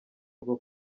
rwo